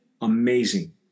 amazing